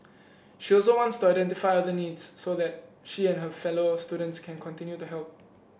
she also wants to identify other needs so that she and her fellow students can continue to help